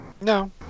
no